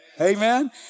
Amen